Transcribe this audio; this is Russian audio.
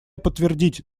подтвердить